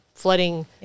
flooding